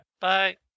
bye